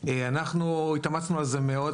אנחנו התאמצנו על זה מאוד,